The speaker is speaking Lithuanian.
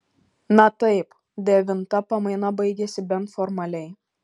na taip devintą pamaina baigiasi bent formaliai